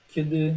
Kiedy